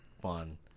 fun